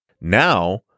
now